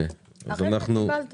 נחזור ב-16:56.